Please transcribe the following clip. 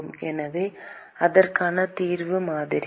எனவே அதற்கான தீர்வு மாதிரி